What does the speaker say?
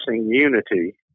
unity